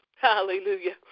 Hallelujah